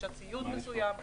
רכישת ציוד מסוים וכו'.